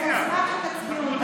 אני אשמח שתצביעו איתנו.